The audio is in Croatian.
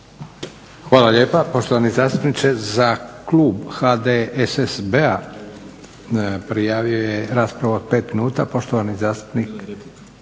Hvala lijepa poštovani zastupniče. Za Klub HDSSB-a prijavo je raspravu od 5 minuta